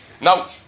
Now